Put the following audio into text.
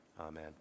amen